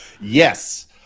Yes